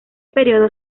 periodo